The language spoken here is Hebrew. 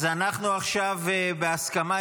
אז עכשיו אנחנו בהסכמה.